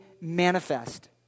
manifest